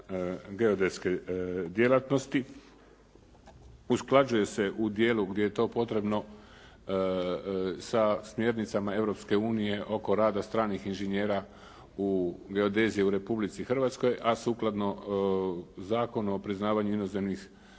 geodetske djelatnosti. Usklađuje se u djelu gdje je to potrebno sa smjernicama Europske unije oko rada stranih inženjera u geodeziji u Republici Hrvatskoj a sukladno Zakonu o priznavanju inozemnih